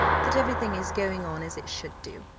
that every thing is going on as it should do.